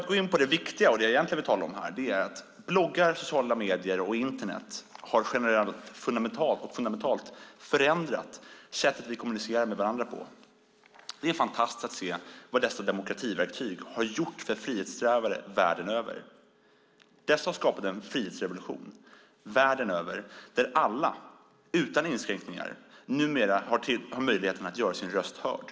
Låt mig så gå in på det som jag egentligen ville tala om, nämligen att bloggar, sociala medier och Internet fundamentalt förändrat sättet vi kommunicerar med varandra på. Det är fantastiskt att se vad dessa demokrativerktyg gjort för frihetssträvare världen över. De har skapat en frihetsrevolution över hela världen där alla utan inskränkningar numera har möjlighet att göra sin röst hörd.